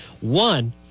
One